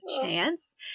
chance